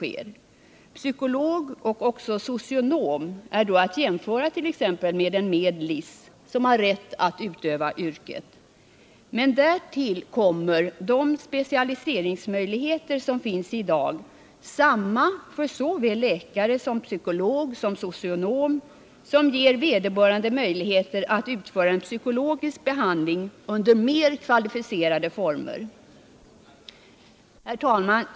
En psykolog och också en socionom kan då jämföras med t.ex. en medicine licentiat som har rätt att utöva yrket. Men därtill kommer de specialiseringsmöjligheter som i dag finns, samma för så väl läkare som psykolog och socionom, som ger vederbörande möjligheter att utföra en psykologisk behandling under mer kvalificerade former. Herr talman!